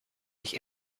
mich